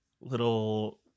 little